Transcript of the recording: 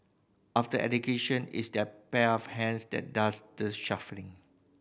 after education is that pair of hands that does the shuffling